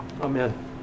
Amen